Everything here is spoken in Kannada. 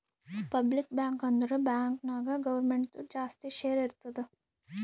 ಪಬ್ಲಿಕ್ ಬ್ಯಾಂಕ್ ಅಂದುರ್ ಬ್ಯಾಂಕ್ ನಾಗ್ ಗೌರ್ಮೆಂಟ್ದು ಜಾಸ್ತಿ ಶೇರ್ ಇರ್ತುದ್